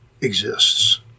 exists